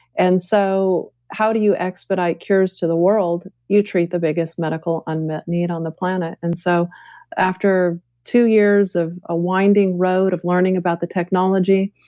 and so how do you expedite cures to the world? you treat the biggest medical unmet need on the planet and so after two years of a winding road of learning about the technology,